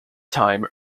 time